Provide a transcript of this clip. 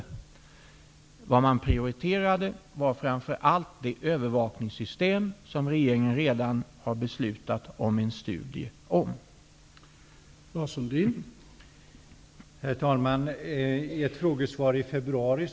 Det som man prioriterade var framför allt det övervakningssystem som regeringen redan har beslutat att göra en studie om.